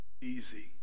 easy